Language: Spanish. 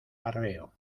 arreo